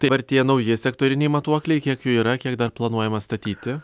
taip artėja nauji sektoriniai matuokliai kiek jų yra kiek dar planuojama statyti